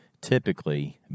typically